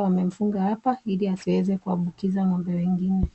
amefungwa hapa ili asiweze kuambukiza wengine.